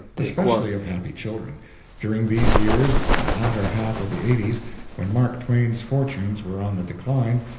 especially of happy children during these years the latter half of the eighties when mark twain's fortunes were on the decline,